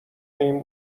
این